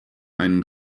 einen